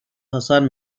hasar